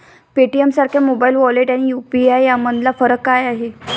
पेटीएमसारख्या mobile wallet आणि UPI यामधला फरक काय आहे?